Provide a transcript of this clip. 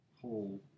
whole